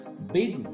big